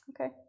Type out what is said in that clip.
okay